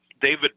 David